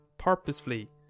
Purposefully